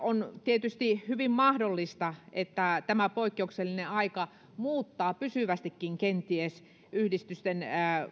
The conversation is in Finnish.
on tietysti hyvin mahdollista että tämä poikkeuksellinen aika muuttaa pysyvästikin kenties yhdistysten